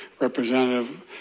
Representative